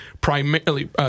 primarily